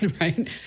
right